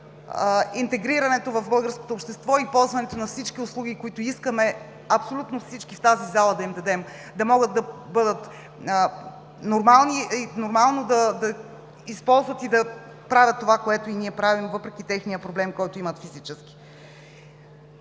интегрирането в българското общество и ползването на всички услуги, които искаме абсолютно всички в тази зала да им дадем – да могат нормално да използват и да правят това, което и ние правим, въпреки техния проблем, който имат физически.